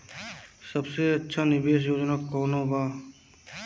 सबसे अच्छा निवेस योजना कोवन बा?